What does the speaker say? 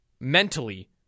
mentally